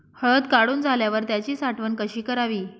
हळद काढून झाल्यावर त्याची साठवण कशी करावी?